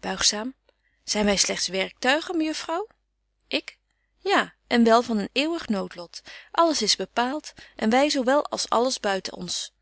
buigzaam zyn wy slegts werktuigen mejuffrouw ik ja en wel van een eeuwig noodlot alles is bepaalt en wy zo wel als alles buiten ons